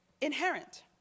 inherent